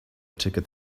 ticket